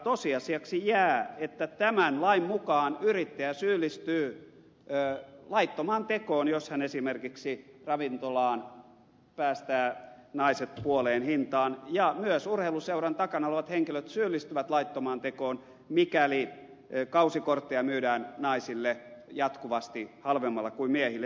tosiasiaksi jää että tämän lain mukaan yrittäjä syyllistyy laittomaan tekoon jos hän esimerkiksi ravintolaan päästää naiset puoleen hintaan ja myös urheiluseuran takana olevat henkilöt syyllistyvät laittomaan tekoon mikäli kausikortteja myydään naisille jatkuvasti halvemmalla kuin miehille